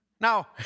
Now